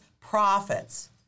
profits